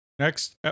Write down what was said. Next